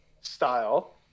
style